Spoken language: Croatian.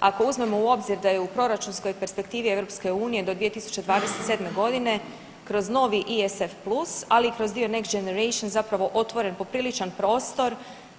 Ako uzmemo u obzir da je u proračunskoj perspektivi EU do 2027. godine kroz novi ISF+ ali i kroz dio Next Generation zapravo otvoren popriličan prostor